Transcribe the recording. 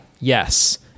Yes